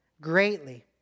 greatly